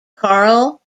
carl